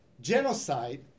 genocide